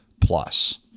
plus